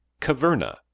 Caverna